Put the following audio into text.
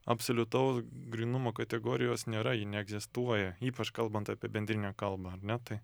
absoliutaus grynumo kategorijos nėra ji neegzistuoja ypač kalbant apie bendrinę kalbą ar ne tai